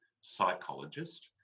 psychologist